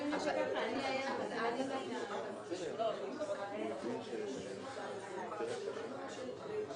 העונש המירבי עליו הוא 15 שנים.